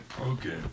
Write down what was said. Okay